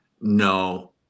no